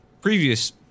previous